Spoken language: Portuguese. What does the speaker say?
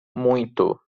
muito